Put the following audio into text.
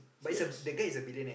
serious